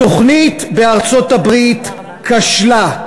התוכנית בארצות-הברית כשלה,